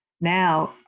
now